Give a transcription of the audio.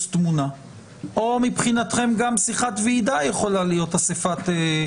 תמונה או מבחינתכם גם שיחת ועידה יכולה להיות אסיפה?